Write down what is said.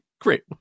great